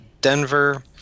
Denver